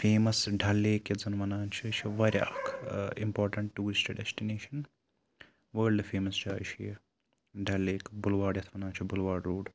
famous Dal lake یَتھ زَن وَنان چھِ یہِ چھُ واریاہ اکھ important tourist destination world famous جاے چھِ یہِ ڈَل لیک بُلواڈ یَتھ وَنان چھِ بُلواڈ روڈ